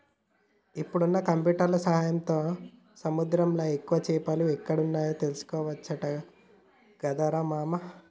ఇప్పుడున్న కంప్యూటర్ల సాయంతో సముద్రంలా ఎక్కువ చేపలు ఎక్కడ వున్నాయో తెలుసుకోవచ్చట గదరా రామా